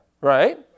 Right